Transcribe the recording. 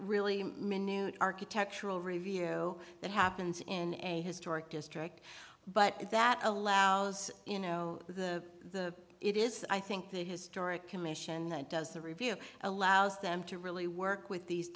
really minuit architectural review that happens in a historic district but that allows you know the it is i think the historic commission that does the review allows them to really work with these